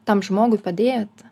tam žmogui padėt